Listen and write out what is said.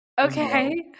Okay